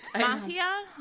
Mafia